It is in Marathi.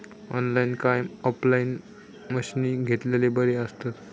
ऑनलाईन काय ऑफलाईन मशीनी घेतलेले बरे आसतात?